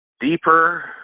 deeper